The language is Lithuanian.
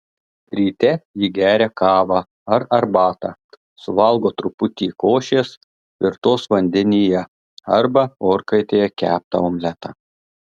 ryte ji geria kavą ar arbatą suvalgo truputį košės virtos vandenyje arba orkaitėje keptą omletą